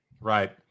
right